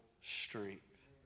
strength